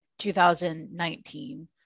2019